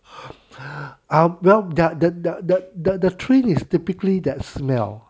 ah nope that that that that that the train is typically that smell